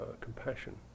compassion